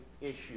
issue